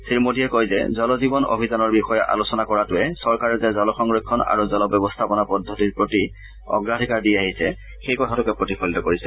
শ্ৰীমোডীয়ে কয় যে জল জীৱন অভিযানৰ বিষয়ে আলোচনা কৰাটোৱে চৰকাৰে যে জল সংৰক্ষণ আৰু জল ব্যৱস্থাপনা পদ্ধতিৰ প্ৰতি অগ্ৰাধিকাৰ দি আহিছে সেই কথাটোকে প্ৰতিফলিত কৰিছে